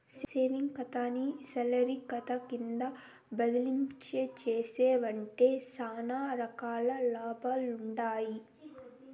savings కాతాని salary కాతా కింద బదలాయించేశావంటే సానా రకాల లాభాలుండాయి